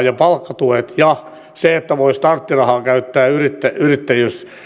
ja palkkatuet ja se että voi starttirahaa käyttää